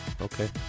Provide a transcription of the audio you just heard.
Okay